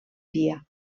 dia